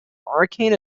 arcane